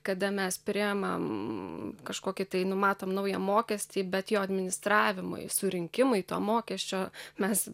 kada mes priimam kažkokį tai numatoe naują mokestį bet jo administravimui surinkimui to mokesčio mes